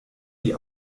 die